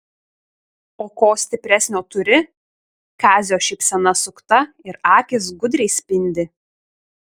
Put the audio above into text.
o ko stipresnio turi kazio šypsena sukta ir akys gudriai spindi